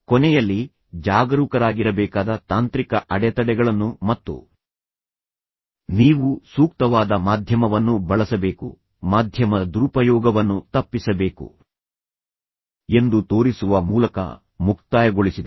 ಕೊನೆಯಲ್ಲಿ ಜಾಗರೂಕರಾಗಿರಬೇಕಾದ ತಾಂತ್ರಿಕ ಅಡೆತಡೆಗಳನ್ನು ಮತ್ತು ನೀವು ಸೂಕ್ತವಾದ ಮಾಧ್ಯಮವನ್ನು ಬಳಸಬೇಕು ಮಾಧ್ಯಮದ ದುರುಪಯೋಗವನ್ನು ತಪ್ಪಿಸಬೇಕು ಎಂದು ತೋರಿಸುವ ಮೂಲಕ ಮುಕ್ತಾಯಗೊಳಿಸಿದೆ